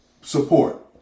support